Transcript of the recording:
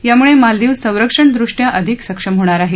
यामुळे मालदिव संरक्षणदृष्ट्या अधिक सक्षम होणार आहे